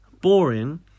Boring